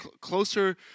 closer